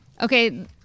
Okay